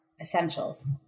essentials